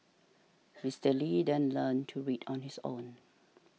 Mister Lee then learnt to read on his own